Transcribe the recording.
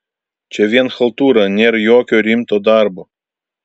čia vien chaltūra nėr jokio rimto darbo